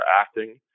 acting